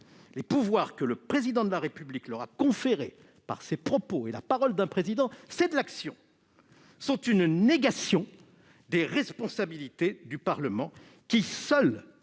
les pouvoirs que le Président de la République leur a conférés par ses propos- la parole d'un Président, c'est de l'action ! -sont une négation des responsabilités du Parlement, qui seul